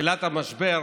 לתחילת המשבר,